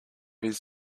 his